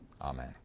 Amen